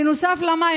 גם המים, בנוסף למים.